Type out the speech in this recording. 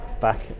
back